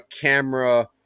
camera